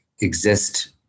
exist